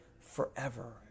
forever